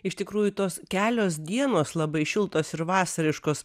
iš tikrųjų tos kelios dienos labai šiltos ir vasariškos